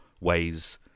ways